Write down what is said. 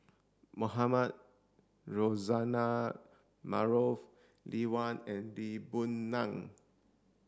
Mohamed Rozani Maarof Lee Wen and Lee Boon Ngan